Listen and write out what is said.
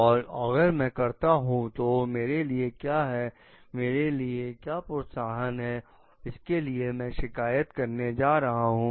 और अगर मैं करता हूं तो मेरे लिए क्या है मेरे लिए क्या प्रोत्साहन है जिसके लिए मैं शिकायत करने जा रहा हूं